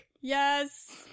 Yes